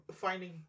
finding